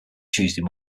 tuesday